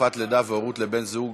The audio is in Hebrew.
תקופת לידה והורות לבן-זוג